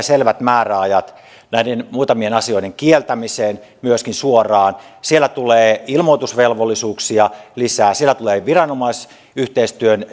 selvät määräajat näiden muutamien asioiden kieltämiseen suoraan siellä tulee ilmoitusvelvollisuuksia lisää siellä tulee viranomaisyhteistyön